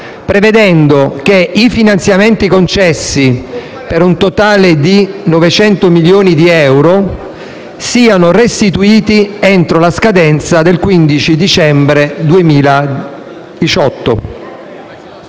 prevedendo che i finanziamenti concessi per un totale di 900 milioni di euro siano restituiti entro la scadenza del 15 dicembre 2018.